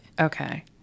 Okay